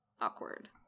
awkward